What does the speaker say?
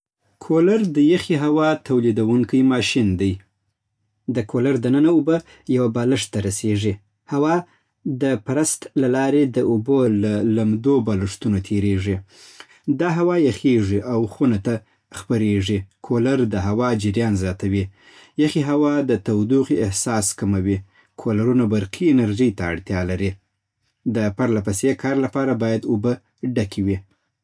کولر د یخې هوا تولیدوونکی ماشین دی. د کولر دننه اوبه یوه بالښت ته رسېږي. هوا د پرست له لارې د اوبو له لمدو بالښتونو تېریږي. دا هوا یخېږي او خونه ته خپرېږي. کولر د هوا جریان زیاتوي. یخې هوا د تودوخې احساس کموي. کولرونه برقي انرژي ته اړتیا لري. د پرله‌پسې کار لپاره باید اوبه ډکې وي